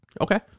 Okay